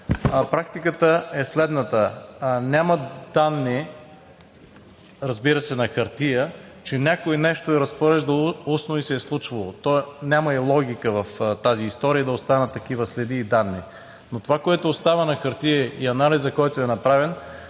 практиката е следната – нямат данни, разбира се, на хартия, че някой нещо е разпореждал устно и се е случвало. То няма и логика в тази история да останат такива следи и данни. Това, което остава на хартия, и анализът, който е направен,